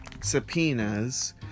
subpoenas